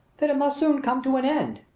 that it must soon come to an end.